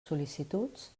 sol·licituds